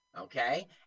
okay